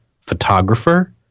photographer